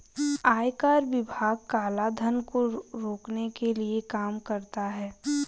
आयकर विभाग काला धन को रोकने के लिए काम करता है